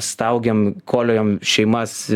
staugėme koliojom šeimas